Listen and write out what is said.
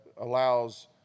allows